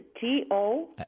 T-O